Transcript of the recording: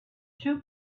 two